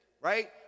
right